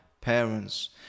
parents